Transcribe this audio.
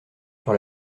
sur